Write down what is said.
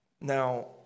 Now